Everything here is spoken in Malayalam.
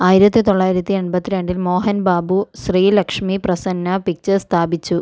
ആയിരത്തിതൊള്ളായിരത്തി എൺപത്തിരണ്ടിൽ മോഹൻ ബാബു ശ്രീ ലക്ഷ്മി പ്രസന്ന പിക്ചേഴ്സ് സ്ഥാപിച്ചു